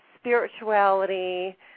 spirituality